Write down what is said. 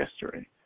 history